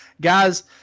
guys